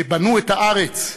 שבנו את הארץ,